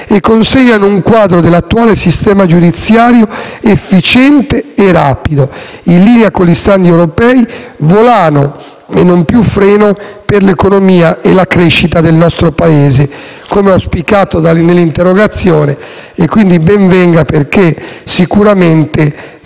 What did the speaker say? e consegnano un quadro dell'attuale sistema giudiziario efficiente e rapido, in linea con gli *standard* europei, volano e non più freno per l'economia e la crescita del nostro Paese, come auspicato nell'interrogazione. Quindi, ben venga perché sicuramente